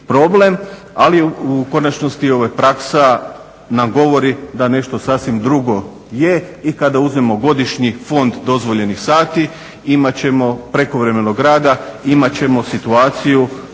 ali u konačnosti ova praksa nam govori da nešto sasvim drugo je. I kada uzmemo godišnji fond dozvoljenih sati imat ćemo prekovremenog rada, imat ćemo situaciju